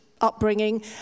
upbringing